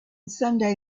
sunday